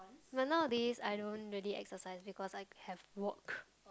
but nowadays I don't really exercise because I have work